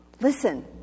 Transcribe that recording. Listen